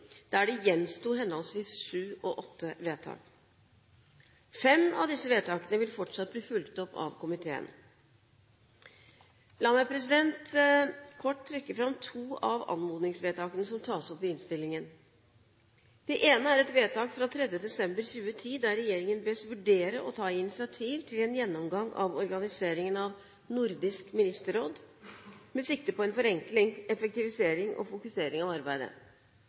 der det gjensto henholdsvis sju og åtte vedtak. Fem av disse vedtakene vil fortsatt bli fulgt opp av komiteen. La meg kort trekke fram to av anmodningsvedtakene som tas opp i innstillingen. Det ene er et vedtak fra 3. desember 2010, der regjeringen bes vurdere å ta initiativ til en gjennomgang av organiseringen av Nordisk Ministerråd med sikte på en forenkling, effektivisering og fokusering av arbeidet.